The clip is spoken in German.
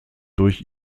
durch